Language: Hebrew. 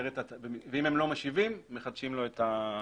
אם הם לא משיבים, מחדשים לו את הרישיון.